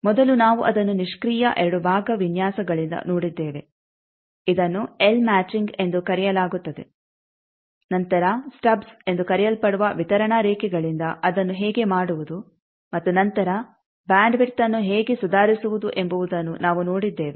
ಮೊದಲು ನಾವು ಅದನ್ನು ನಿಷ್ಕ್ರಿಯ ಎರಡು ಭಾಗ ವಿನ್ಯಾಸಗಳಿಂದ ನೋಡಿದ್ದೇವೆ ಇದನ್ನು ಎಲ್ ಮ್ಯಾಚಿಂಗ್ ಎಂದು ಕರೆಯಲಾಗುತ್ತದೆ ನಂತರ ಸ್ಟಬ್ಸ್ ಎಂದು ಕರೆಯಲ್ಪಡುವ ವಿತರಣಾ ರೇಖೆಗಳಿಂದ ಅದನ್ನು ಹೇಗೆ ಮಾಡುವುದು ಮತ್ತು ನಂತರ ಬ್ಯಾಂಡ್ ವಿಡ್ತ್ಅನ್ನು ಹೇಗೆ ಸುಧಾರಿಸುವುದು ಎಂಬುವುದನ್ನು ನಾವು ನೋಡಿದ್ದೇವೆ